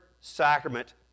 sacrament